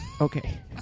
Okay